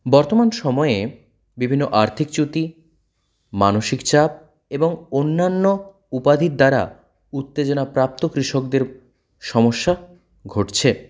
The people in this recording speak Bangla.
বর্তমান সময়ে বিভিন্ন আর্থিক চ্যুতি মানসিক চাপ এবং অন্যান্য উপাধির দ্বারা উত্তেজনা প্রাপ্ত কৃষকদের সমস্যা ঘটছে